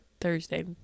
Thursday